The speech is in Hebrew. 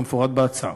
כמפורט בהצעה.